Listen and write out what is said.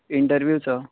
इंटरव्यूचो